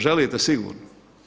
Želite sigurno.